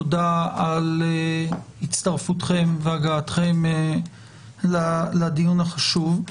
תודה על הצטרפותכם והגעתכם לדיון החשוב.